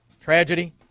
tragedy